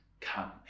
come